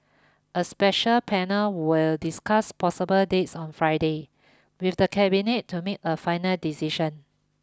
a special panel will discuss possible dates on Friday with the Cabinet to make a final decision